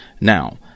Now